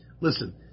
Listen